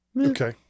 Okay